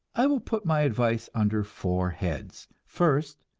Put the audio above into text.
i will put my advice under four heads first,